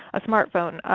a smart phone.